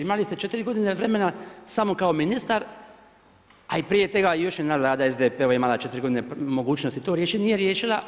Imali ste 4 godine vremena samo kao ministar, a prije toga još jedna vlada SDP-ova je imala 4 godine mogućnosti to riješiti i nije riješila.